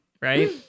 right